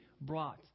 brought